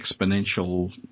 exponential